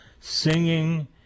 singing